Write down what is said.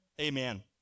Amen